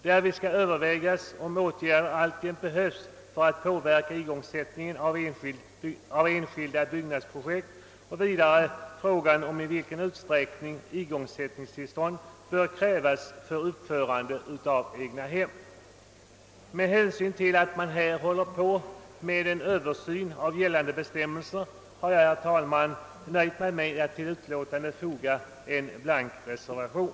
Därvid skall övervägas om åtgärder alltjämt behövs för att påverka igångsättningen av enskilda byggnadsprojekt och vidare frågan om i vilken utsträckning igångsättningstillstånd bör krävas för uppförande av egnahem. Med hänsyn till att man håller på med en översyn av gällande bestämmelser har jag, herr talman, nöjt mig med att till utskottets hemställan foga en blank reservation.